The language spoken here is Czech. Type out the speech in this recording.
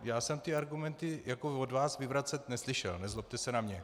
Já jsem ty argumenty od vás vyvracet neslyšel, nezlobte se na mě.